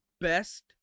best